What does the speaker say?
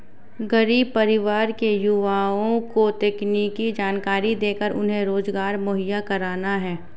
गरीब परिवार के युवा को तकनीकी जानकरी देकर उन्हें रोजगार मुहैया कराना है